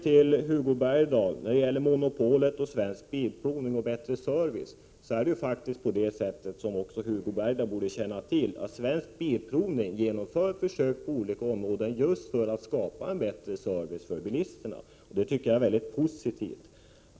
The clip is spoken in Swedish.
Till Hugo Bergdahl beträffande ”monopolet” för Svensk Bilprovning och bättre service: Också Hugo Bergdahl borde känna till att Svensk Bilprovning genomför försök på olika områden just för att åstadkomma bättre service för bilisterna. Det tycker jag är mycket positivt.